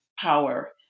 power